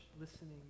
listening